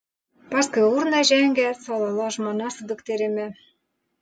paskui urną žengė cololo žmona su dukterimi